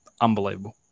Unbelievable